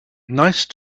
nice